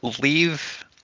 Leave